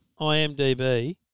IMDb